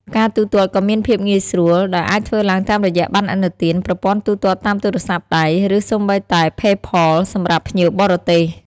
ការទូទាត់ក៏មានភាពងាយស្រួល ដោយអាចធ្វើឡើងតាមរយៈ ប័ណ្ណឥណទាន ប្រព័ន្ធទូទាត់តាមទូរស័ព្ទដៃ ឬសូម្បីតែផេ ផល សម្រាប់ភ្ញៀវបរទេស។